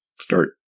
start